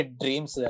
dreams